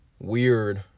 weird